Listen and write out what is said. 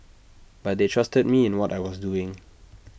but they trusted me in what I was doing